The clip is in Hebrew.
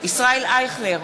ישראל אייכלר,